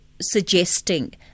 suggesting